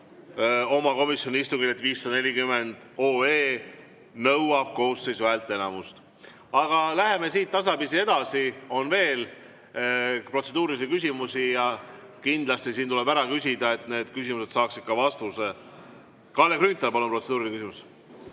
oma komisjoni istungil, et 540 OE nõuab koosseisu häälteenamust. Läheme siit tasapisi edasi. On veel protseduurilisi küsimusi ja kindlasti tuleb need siin ära küsida, et küsimused saaksid vastuse. Kalle Grünthal, palun, protseduuriline küsimus!